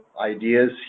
ideas